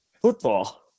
Football